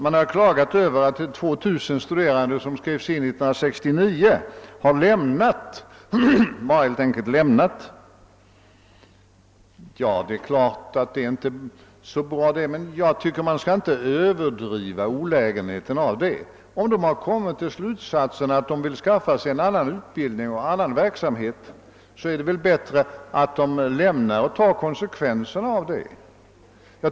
Man har klagat över att 2000 studerande, som skrevs in 1969, helt enkelt bara har lämnat studierna. Naturligtvis är det inte så bra, men man skall inte överdriva olägenheterna av det. Om de har dragit slutsatsen att de skall skaffa sig en annan utbildning och gå in i en annan verksamhet, är det väl bättre att de tar konsekvenserna av detta.